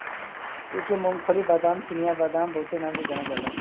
एके मूंग्फल्ली, बादाम, चिनिया बादाम बहुते नाम से जानल जाला